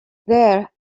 there